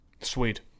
Sweet